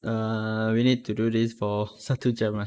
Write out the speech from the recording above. err we need to do this for satu jam lah